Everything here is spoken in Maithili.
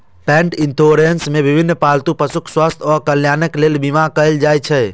पेट इंश्योरेंस मे विभिन्न पालतू पशुक स्वास्थ्य आ कल्याणक लेल बीमा कैल जाइ छै